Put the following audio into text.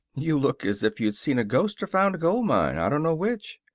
you look as if you'd seen a ghost or found a gold mine. i don't know which.